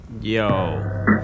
yo